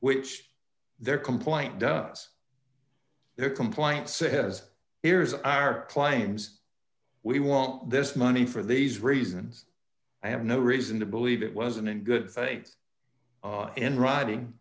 which their complaint does their complaint says here's our claims we want this money for these reasons i have no reason to believe it wasn't in good faith in writing